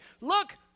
look